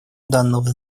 данного